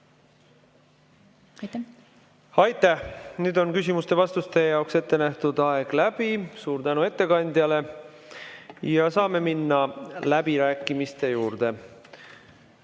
Aitäh! Nüüd on küsimuste-vastuste jaoks ette nähtud aeg läbi. Suur tänu ettekandjale! Ja saame minna läbirääkimiste juurde.